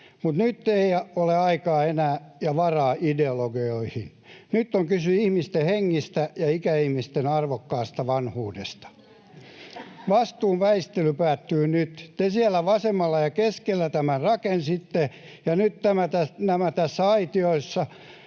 mutta nyt ei ole aikaa eikä varaa ideologioihin. Nyt on kyse ihmisten hengistä ja ikäihmisten arvokkaasta vanhuudesta. Vastuun väistely päättyy nyt. Te siellä vasemmalla ja keskellä tämän rakensitte, ja nyt nämä tässä aitiossa